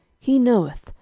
he knoweth,